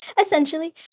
essentially